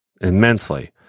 immensely